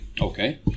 Okay